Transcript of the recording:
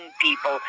people